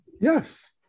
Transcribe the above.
Yes